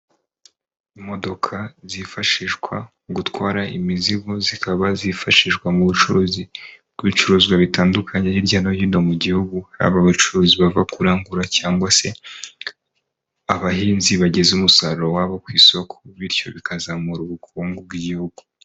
Imodoka zifashishwa mu gutwara imizigo zikaba zifashishwa mu bucuruzi bw'ibicuruzwa bitandukanye hirya no hino mu gihugu, haba abacuruzi bava kurangura cyangwa se abahinzi bageza umusaruro wabo ku isoko bityo bikazamura ubukungu bw'igihugu.